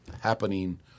happening